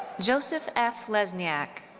joseph f. lesniak.